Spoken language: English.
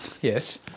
Yes